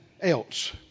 else